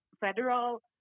federal